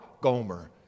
Gomer